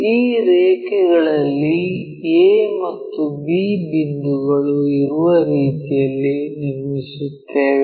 ಈ ರೇಖೆಗಳಲ್ಲಿ a ಮತ್ತು b ಬಿಂದುಗಳು ಇರುವ ರೀತಿಯಲ್ಲಿ ನಿರ್ಮಿಸುತ್ತೇವೆ